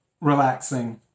relaxing